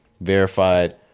verified